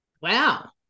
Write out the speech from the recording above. Wow